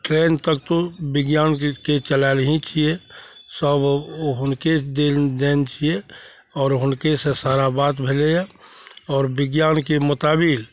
train तक तो विज्ञानके चलाएल ही छिए सब हुनके देन देन छिए आओर हुनकेसे सारा बात भेलै यऽ आओर विज्ञानके मोताबिक